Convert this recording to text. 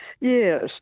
yes